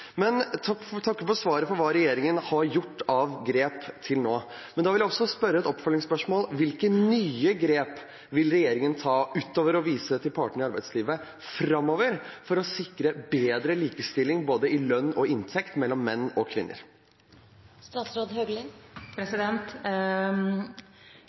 takker for svaret om hva regjeringen har gjort av grep til nå, men jeg vil også stille et oppfølgingsspørsmål: Hvilke nye grep vil regjeringen ta framover – utover å vise til partene i arbeidslivet – for å sikre bedre likestilling mellom menn og kvinner når det gjelder både lønn og inntekt?